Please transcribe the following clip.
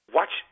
Watch